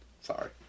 sorry